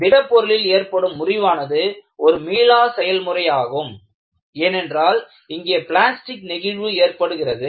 திடப் பொருளில் ஏற்படும் முறிவானது ஒரு மீளா செயல்முறையாகும் ஏனென்றால் இங்கே பிளாஸ்டிக் நெகிழ்வு ஏற்படுகிறது